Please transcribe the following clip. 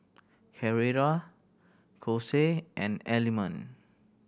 Carrera Kose and Element